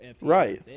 Right